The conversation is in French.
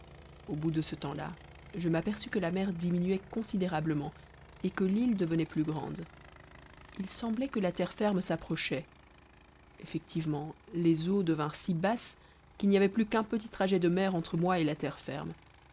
au bout de ce temps-là je m'aperçus que la mer diminuait considérablement et que l'île devenait plus grande il semblait que la terre ferme s'approchait effectivement les eaux devinrent si basses qu'il n'y avait plus qu'un petit trajet de mer entre moi et la terre ferme